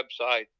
website